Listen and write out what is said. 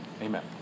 Amen